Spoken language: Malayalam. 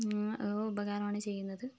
ഉപകാരമാണ് ചെയ്യുന്നത്